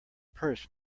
purse